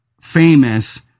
famous